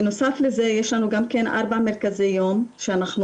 בנוסף לזה יש לנו גם ארבעה מרכזי יום שאנחנו